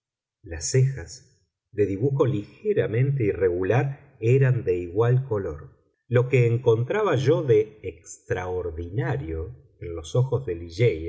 las cejas de dibujo ligeramente irregular eran de igual color lo que encontraba yo de extraordinario en los ojos de